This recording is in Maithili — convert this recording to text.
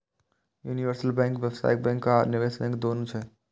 यूनिवर्सल बैंक व्यावसायिक बैंक आ निवेश बैंक, दुनू छियै